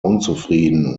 unzufrieden